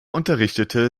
unterrichtete